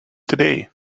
today